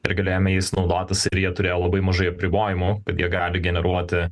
ir galėjome jais naudotis ir jie turėjo labai mažai apribojimų kad jie gali generuoti